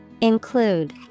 Include